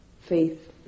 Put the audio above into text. Faith